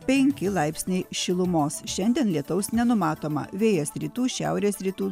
penki laipsniai šilumos šiandien lietaus nenumatoma vėjas rytų šiaurės rytų